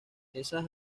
esas